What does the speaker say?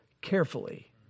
carefully